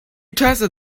tested